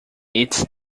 its